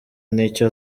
n’icyo